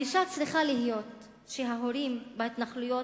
הגישה צריכה להיות שההורים בהתנחלויות